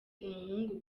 umuhungu